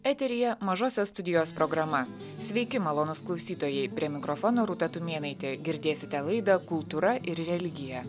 eteryje mažosios studijos programa sveiki malonūs klausytojai prie mikrofono rūta tumėnaitė girdėsite laidą kultūra ir religija